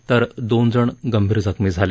तर दोनजण गंभीर जखमी झाले